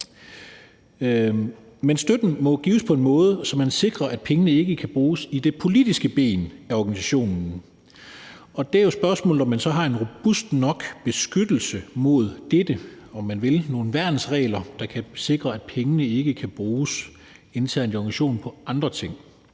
Men støtten må gives på en måde, så man sikrer, at pengene ikke kan bruges i det politiske ben af organisationen, og der er spørgsmålet jo, om man så har en robust nok beskyttelse mod dette eller nogle værnsregler, om man vil, der kan sikre, at pengene ikke kan bruges internt i organisationen på andre ting.